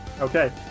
Okay